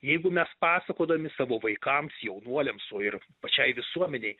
jeigu mes pasakodami savo vaikams jaunuoliams o ir pačiai visuomenei